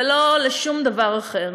ולא לשום דבר אחר,